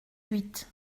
huit